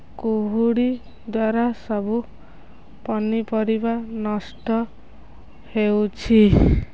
କୁହୁଡ଼ି ଦ୍ଵାରା ସବୁ ପନିପରିବା ନଷ୍ଟ ହେଉଛି